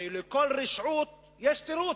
הרי לכל רשעות יש תירוץ,